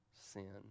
sin